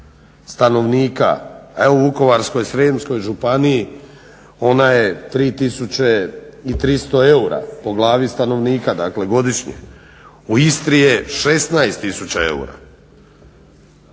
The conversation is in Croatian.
stanovnika, a evo u Vukovarsko-srijemskoj županiji ona je 3300 eura po glavi stanovnika, dakle godišnje. U Istri je 16000 eura.